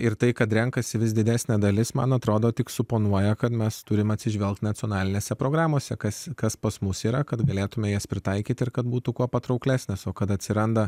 ir tai kad renkasi vis didesnė dalis man atrodo tik suponuoja kad mes turime atsižvelgti nacionalinėse programose kas kas pas mus yra kad galėtumėme jas pritaikyti ir kad būtų kuo patrauklesnės o kad atsiranda